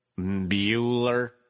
Bueller